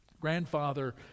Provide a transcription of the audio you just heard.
grandfather